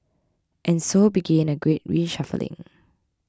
and so began a great reshuffling